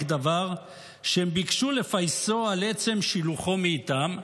דבר" שהם ביקשו לפייסו על עצם שילוחו מאיתם,